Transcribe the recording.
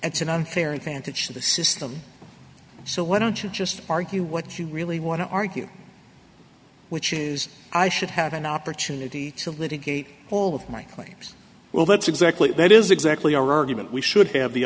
that's an unfair advantage to the system so why don't you just argue what you really want to argue which is i should have an opportunity to litigate all of my claims well that's exactly that is exactly our argument we should have the